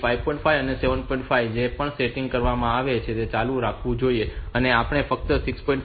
5 જે પણ સેટિંગ કરવામાં આવે છે તે ચાલુ રાખવું જોઈએ અને આપણે ફક્ત RST 6